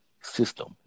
system